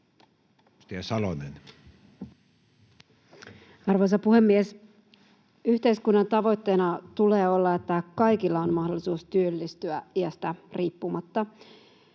Arvoisa puhemies! Yhteiskunnan tavoitteena tulee olla, että kaikilla on mahdollisuus työllistyä iästä riippumatta.